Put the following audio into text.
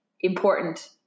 important